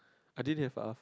I didn't have R-five